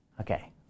Okay